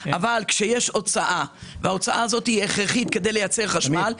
אבל כשיש הוצאה שהיא הכרחית כדי לייצר חשמל,